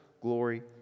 glory